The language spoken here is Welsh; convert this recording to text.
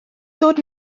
ddod